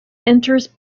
enters